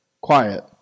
Quiet